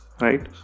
right